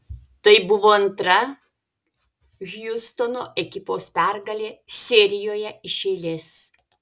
tai buvo antra hjustono ekipos pergalė serijoje iš eilės